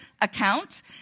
account